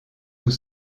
tout